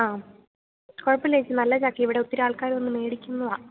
ആം കുഴപ്പമില്ല ചേച്ചി നല്ല ചക്കയാണ് ഇവിടൊത്തിരി ആള്ക്കാർ വന്ന് മേടിക്കുന്നതാണ്